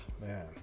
man